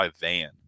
van